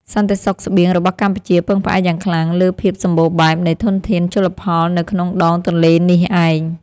សន្តិសុខស្បៀងរបស់កម្ពុជាពឹងផ្អែកយ៉ាងខ្លាំងលើភាពសម្បូរបែបនៃធនធានជលផលនៅក្នុងដងទន្លេនេះឯង។